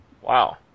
wow